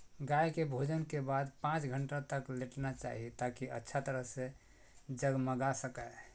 गाय के भोजन के बाद पांच घंटा तक लेटना चाहि, ताकि अच्छा तरह से जगमगा सकै